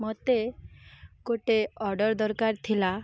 ମତେ ଗୋଟେ ଅର୍ଡ଼ର ଦରକାର ଥିଲା